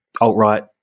alt-right